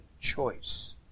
choice